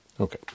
Okay